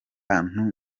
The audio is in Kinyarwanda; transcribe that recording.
bantu